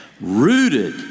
rooted